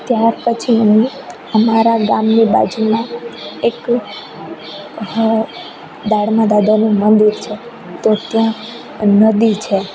ત્યાર પછી હું અમારા ગામની બાજુમાં એક દાડમાં દાદાનું મંદિર છે તો ત્યાં નદી છે